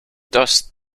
does